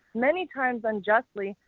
many times unjustly,